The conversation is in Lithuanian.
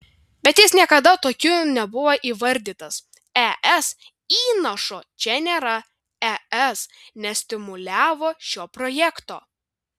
bet jis niekada tokiu nebuvo įvardytas es įnašo čia nėra es nestimuliavo šio projekto